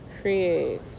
create